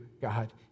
God